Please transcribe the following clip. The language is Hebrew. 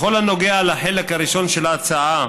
בכל הנוגע לחלק הראשון של ההצעה,